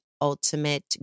ultimate